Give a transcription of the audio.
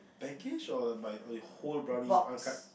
by cash or like by the whole brownie Angkat